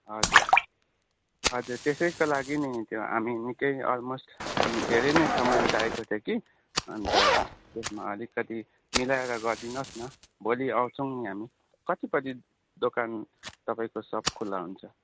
हजुर हजुर त्यसैको लागि नि त्यो हामी निकै अलमोस्ट हामी धेरै नै सामान चाहिएको थियो कि अन्त त्यसमा अलिकति मिलाएर गरिदिनुहोस् न भोलि आउँछौँ नि हामी कति बजी दोकान तपाईँको सप खुल्ला हुन्छ